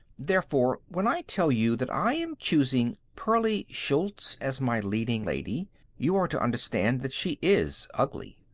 therefore, when i tell you that i am choosing pearlie schultz as my leading lady you are to understand that she is ugly,